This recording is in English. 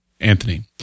Anthony